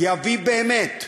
הוא יביא באמת לעוד,